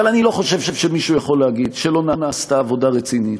אבל אני לא חושב שמישהו יכול להגיד שלא נעשתה עבודה רצינית,